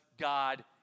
God